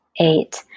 eight